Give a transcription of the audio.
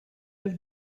have